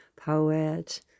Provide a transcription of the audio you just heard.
poet